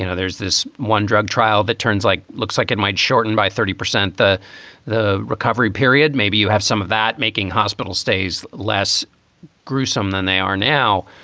you know there's this one drug trial that turns like looks like it might shorten by thirty percent. the the recovery period, maybe you have some of that making hospital stays less gruesome than they are now.